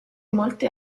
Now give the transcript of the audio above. molte